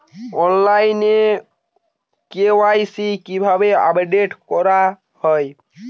অনলাইনে কে.ওয়াই.সি কিভাবে আপডেট করা হয়?